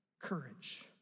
courage